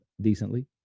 decently